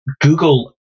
Google